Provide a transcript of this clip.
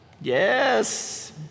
Yes